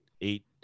eight